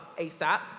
ASAP